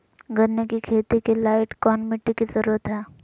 गन्ने की खेती के लाइट कौन मिट्टी की जरूरत है?